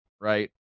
right